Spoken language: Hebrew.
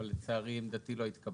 אבל לצערי עמדתי לא התקבלה.